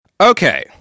Okay